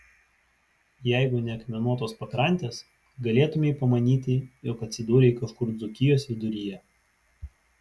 jeigu ne akmenuotos pakrantės galėtumei pamanyti jog atsidūrei kažkur dzūkijos viduryje